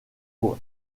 pour